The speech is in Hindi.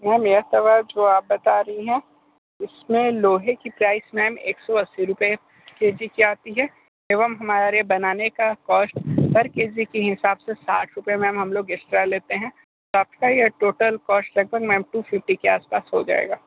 मैम ये तवा जो आप बता रही हैं इस में लोहे की प्राइस में एक सौ अस्सी रुपये के जी की आती है एवं हमारे बनाने का कॉस्ट पर के जी के हिसाब से साठ रुपये मैम हम लोग एक्स्ट्रा लेते हैं तो आप का यह टोटल कॉस्ट लगभग मैम टू फिफ्टी के आस पास हो जाएगा